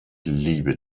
liebe